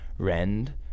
Rend